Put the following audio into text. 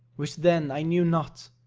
which then i knew not,